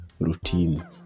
routine